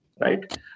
right